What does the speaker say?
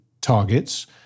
targets